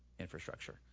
infrastructure